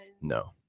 No